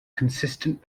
consistent